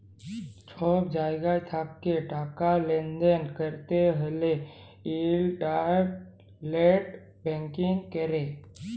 ছব জায়গা থ্যাকে টাকা লেলদেল ক্যরতে হ্যলে ইলটারলেট ব্যাংকিং ক্যরে